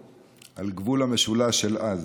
על גבול המשולש של אז,